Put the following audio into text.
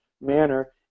manner